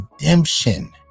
redemption